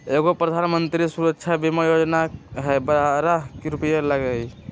एगो प्रधानमंत्री सुरक्षा बीमा योजना है बारह रु लगहई?